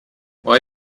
why